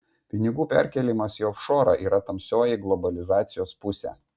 pinigų perkėlimas į ofšorą yra tamsioji globalizacijos pusė